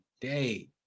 day